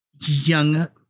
young